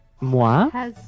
Moi